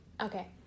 okay